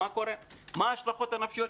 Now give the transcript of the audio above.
מה ההשלכות הנפשיות.